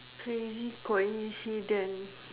crazy coincidence